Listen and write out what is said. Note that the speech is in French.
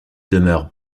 demeure